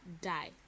die